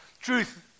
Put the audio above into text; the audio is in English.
Truth